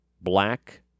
black